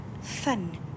fun